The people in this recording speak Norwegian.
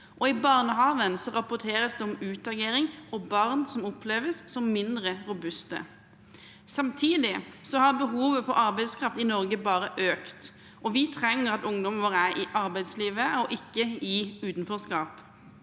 Og i barnehagen rapporteres det om utagering og barn som oppleves som mindre robuste. Samtidig har behovet for arbeidskraft i Norge bare økt, og vi trenger at ungdommene våre er i arbeidslivet og ikke i utenforskap.